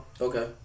Okay